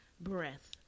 breath